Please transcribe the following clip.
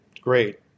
Great